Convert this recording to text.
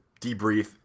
debrief